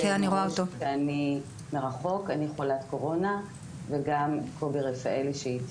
אני חולת קורונה וגם קובי רפאלי שאיתי